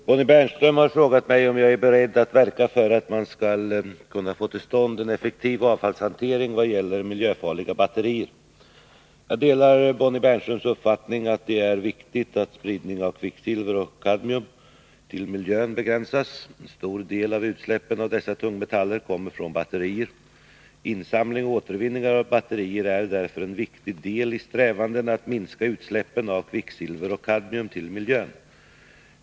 Herr talman! Bonnie Bernström har frågat mig om jag är beredd att verka för att man skall kunna få till stånd en effektiv avfallshantering vad gäller miljöfarliga batterier. Jag delar Bonnie Bernströms uppfattning att det är viktigt att spridning av kvicksilver och kadmium till miljön begränsas. En stor del av utsläppen av dessa tungmetaller kommer från batterier. Insamling och återvinning av batterier är därför en viktig del i strävandena att minska utsläppen av kvicksilver och kadmium till miljön.